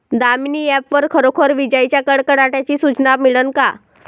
Damini app वर खरोखर विजाइच्या कडकडाटाची सूचना मिळन का?